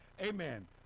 Amen